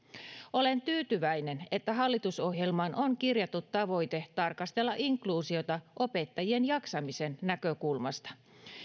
olen tyytyväinen että hallitusohjelmaan on kirjattu tavoite tarkastella inkluusiota opettajien jaksamisen näkökulmasta